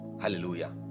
hallelujah